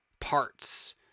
parts